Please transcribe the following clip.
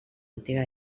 antiga